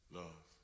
love